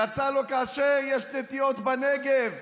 יצא לו כאשר יש נטיעות בנגב,